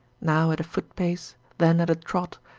now at a footpace, then at a trot,